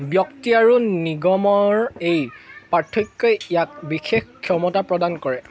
ব্যক্তি আৰু নিগমৰ এই পাৰ্থক্যই ইয়াক বিশেষ ক্ষমতা প্ৰদান কৰে